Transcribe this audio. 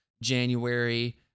January